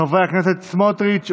חברי הכנסת בצלאל סמוטריץ',